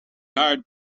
hired